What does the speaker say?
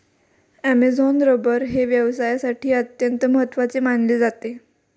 Amazon rubber हे व्यवसायासाठी अत्यंत महत्त्वाचे मानले जाते